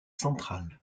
centrale